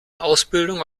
ausbildung